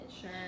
sure